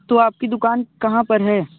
तो आपकी दूकान कहाँ पर है